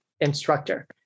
instructor